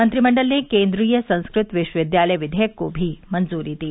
मंत्रिमंडल ने केन्द्रीय संस्कृत विश्वविद्यालय विधेयक को भी मंजूरी दी